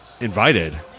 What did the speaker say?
invited